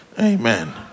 Amen